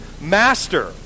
master